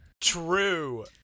True